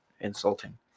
insulting